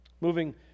Moving